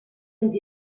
vint